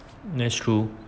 that's true